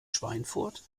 schweinfurt